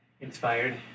Inspired